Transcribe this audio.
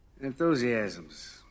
Enthusiasms